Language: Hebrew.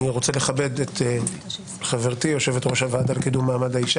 אני רוצה לכבד את חברתי יושבת-ראש הוועדה לקידום מעמד האישה,